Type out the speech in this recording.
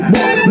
one